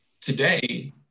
Today